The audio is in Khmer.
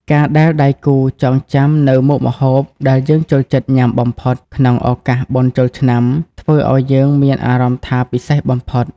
ការដែលដៃគូចងចាំនូវមុខម្ហូបដែលយើងចូលចិត្តញ៉ាំបំផុតក្នុងឱកាសបុណ្យចូលឆ្នាំ ធ្វើឱ្យយើងមានអារម្មណ៍ថាពិសេសបំផុត។